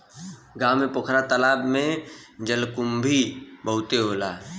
गांव के पोखरा तालाब में जलकुंभी बहुते होला